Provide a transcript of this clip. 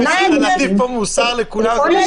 זה יפה להטיף פה מוסר לכולם.